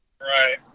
Right